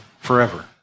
forever